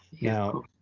Now